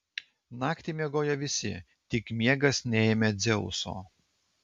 naktį miegojo visi tik miegas neėmė dzeuso